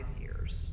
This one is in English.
years